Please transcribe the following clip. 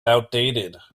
outdated